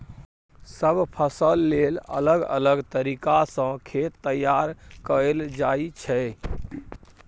सब फसल लेल अलग अलग तरीका सँ खेत तैयार कएल जाइ छै